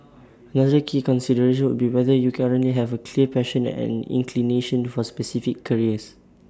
another key consideration would be whether you currently have A clear passion and inclination for specific careers